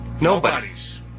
Nobody's